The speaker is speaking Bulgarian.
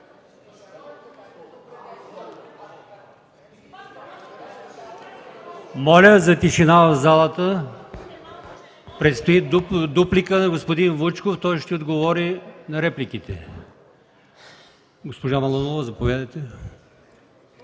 Моля за тишина в залата! Предстои дуплика на господин Вучков. Той ще отговори на репликите. Заповядайте,